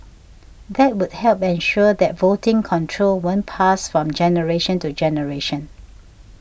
that would help ensure that voting control won't pass from generation to generation